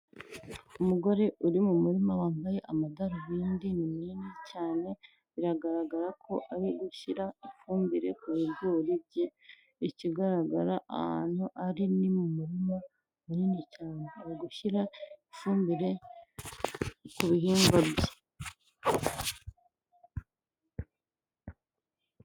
Umugore uri mu murima wambaye amadarubindi manini cyane, biragaragara ko ari gushyira ifumbire ku bigori bye, ikigaragara ahantu ari ni mu murima munini cyane, arigushyira ifumbire ku bihingwa bye.